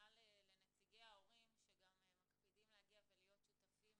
ובכלל לנציגי ההורים שמקפידים להגיע ולהיות שותפים